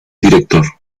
director